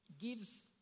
gives